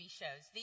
shows